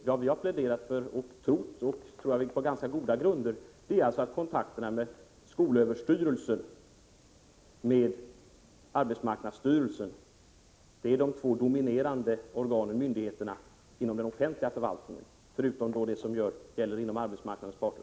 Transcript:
Vad vi har pläderat för och trott på — på ganska goda grunder — är kontakter med skolöverstyrelsen och arbetsmarknadsstyrelsen. Det är de två dominerande myndigheterna inom den offentliga förvaltningen. Sedan tillkommer det som gäller arbetsmarknadens parter.